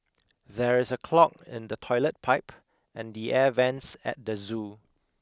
there is a clog in the toilet pipe and the air vents at the zoo